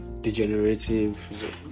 degenerative